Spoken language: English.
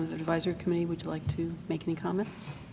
the advisory committee would you like to make any comments